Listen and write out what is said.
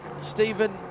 Stephen